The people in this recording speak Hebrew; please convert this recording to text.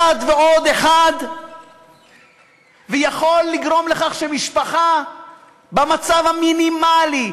ועוד 1 ויכול לגרום לכך שמשפחה במצב המינימלי,